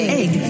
egg